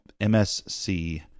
MSC